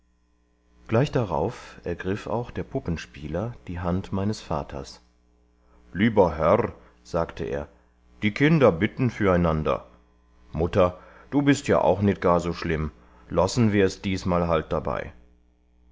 gleich darauf ergriff auch der puppenspieler die hand meines vaters lieber herr sagte er die kinder bitten füreinander mutter du bist ja auch nit gar so schlimm lassen wir es diesmal halt dabei